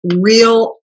real